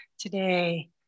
Today